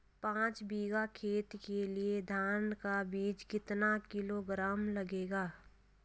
पाँच बीघा खेत के लिये धान का बीज कितना किलोग्राम लगेगा?